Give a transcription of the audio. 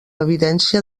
evidència